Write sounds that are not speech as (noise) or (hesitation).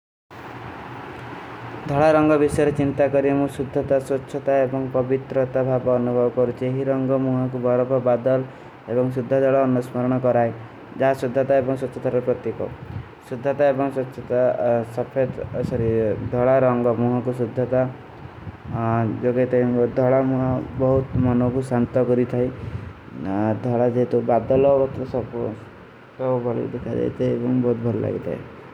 ଧଲାରଂଗ ଵିଷ୍ର ଚୀନତା କରେଂଗୁ ସୁଝ୍ଧତା, ସୋଚ୍ଚତା ଏବଂଗ ପଵିତ୍ରତା ଭାପା ଵଣଵାଵ କର। ଚେହୀ ରଂଗ ମୁଃହା କୁବରାପଵାଦଲ ଏବଂଗ ସୁଝ୍ଧା ଜଡା ଅନସ୍ମରଣା କରାଈ। ଜାଏ ସୁଝ୍ଧତା ଏବଂଗ ସୁଚ୍ଚତା ରେପତିକୋ। ସୁଦ୍ଧତା ଏବଂ ସଚ୍ଚତା ସଫେଟ ଧଳା ରାଂଗ ମୁହା କୋ (hesitation) ସୁଦ୍ଧତା ଜୋ କହତେ ହୈଂ ଧଳା ମୁହା ବହୁତ ମନୋଂ କୋ ସଂତ୍ଯା କରୀ ଥାଈ। ଧଳା ଜେତୋ ବାଦଲ ଆଉରତର ସବକୋ ପ୍ରଵାଲୀ ଦିଖା ଜାଯତେ ଏବଂ ବହୁତ ବହୁତ ଲଗତେ ହୈ।